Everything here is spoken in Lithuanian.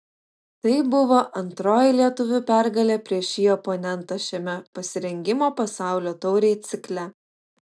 tai buvo antroji lietuvių pergalė prieš šį oponentą šiame pasirengimo pasaulio taurei cikle